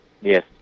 Yes